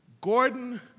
Gordon